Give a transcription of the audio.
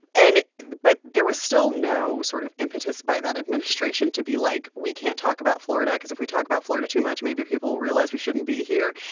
and but there was still no sort of impetus by that administration to be like, we can't talk about florida cause if we talk about florida too much, maybe people will realize we shouldn't be here.